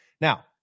Now